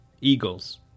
Eagles